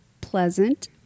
pleasant